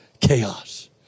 chaos